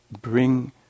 bring